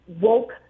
woke